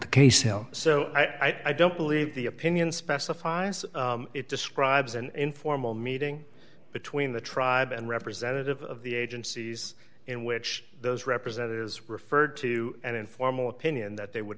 the case so i don't believe the opinion specifies it describes an informal meeting between the tribe and representative of the agencies in which those representatives referred to an informal opinion that they would